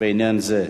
בעניין זה.